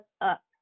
up